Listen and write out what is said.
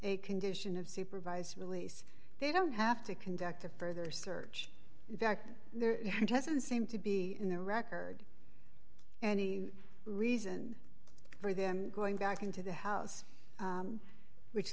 a condition of supervised release they don't have to conduct a further search in fact there doesn't seem to be in their record any reason for them going back into the house which